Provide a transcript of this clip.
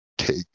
Take